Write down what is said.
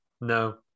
No